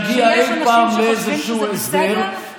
שנגיע אי פעם לאיזשהו הסדר,